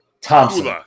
Thompson